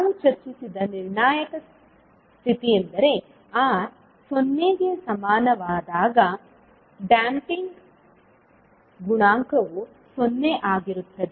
ನಾವು ಚರ್ಚಿಸಿದ ನಿರ್ಣಾಯಕ ಸ್ಥಿತಿಯೆಂದರೆ R 0 ಗೆ ಸಮಾನವಾದಾಗ ಡ್ಯಾಂಪಿಂಗ್ ಗುಣಾಂಕವು 0 ಆಗಿರುತ್ತದೆ